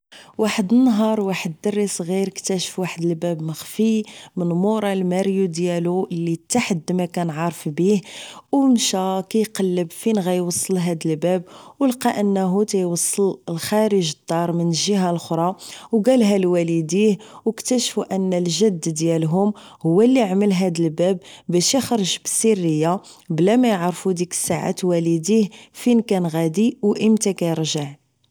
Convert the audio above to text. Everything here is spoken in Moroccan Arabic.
واحد النهار واحد الدري صغير كتاشف واحد الباب مخفي من مورا الماريو ديالو لتاحد مكان عارف بيه و مشا كيقلب فين غيوصلو هاد الباب و لقا انه كيوصل لخارج الدار من الجيهة الاخرى و كالها لوليديه و اكتاشفو ان الجد ديالهم هو اللي عمل هاد الباب باش اخرج بسرية بلا ما يعرفو ديك الساعات واليديه فين كان غادي و امتى كيرجع